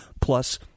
plus